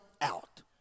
out